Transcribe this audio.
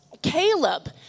Caleb